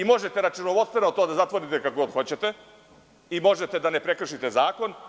Možete računovodstveno to da zatvorite kada god hoćete i možete da ne prekršite zakon.